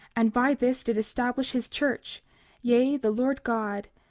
and by this did establish his church yea, the lord god,